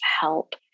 help